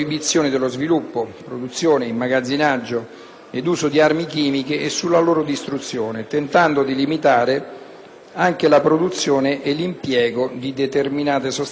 anche la produzione e l'impiego di determinate sostanze chimiche di largo consumo civile, ma che sono potenzialmente utilizzabili anche per realizzare armi chimiche.